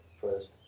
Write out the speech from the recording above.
first